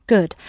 Good